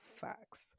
facts